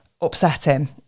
upsetting